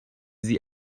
sie